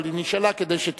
אבל היא נשאלה כדי שתישאל,